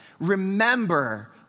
Remember